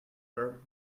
her